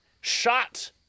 shot